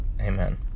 Amen